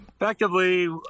Effectively